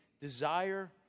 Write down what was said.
desire